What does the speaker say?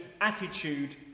attitude